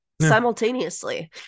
simultaneously